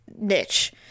niche